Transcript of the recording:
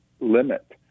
limit